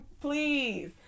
please